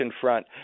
Front